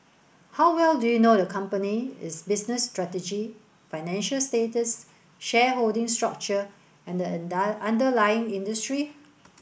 how well do you know the company its business strategy financial status shareholding structure and underlying industry